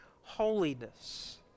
holiness